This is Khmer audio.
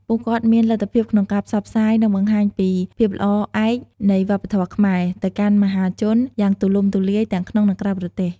ពួកគាត់មានលទ្ធភាពក្នុងការផ្សព្វផ្សាយ និងបង្ហាញពី ភាពល្អឯកនៃវប្បធម៌ខ្មែរ ទៅកាន់មហាជនយ៉ាងទូលំទូលាយ ទាំងក្នុង និងក្រៅប្រទេស។